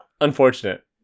Unfortunate